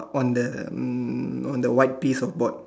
on the um on the white piece of board